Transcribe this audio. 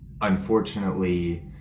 unfortunately